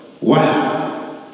Wow